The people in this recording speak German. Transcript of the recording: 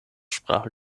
sprache